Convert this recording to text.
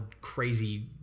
crazy